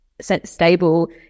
stable